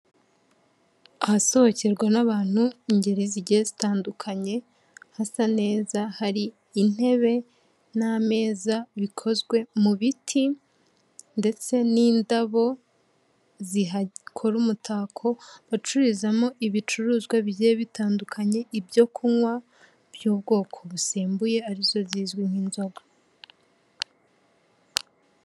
Ahasohokerwa n'abantu ingeri zigiye zitandukanye hasa neza, hari intebe n'ameza bikozwe mu biti ndetse n'indabo zihakora umutako, bacururizamo ibicuruzwa bigiye bitandukanye, ibyo kunywa by'ubwoko busembuye ari zo zizwi nk'inzoga.